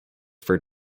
for